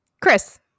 Chris